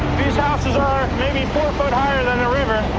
these houses are maybe four foot higher than the river,